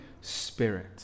Spirit